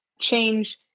change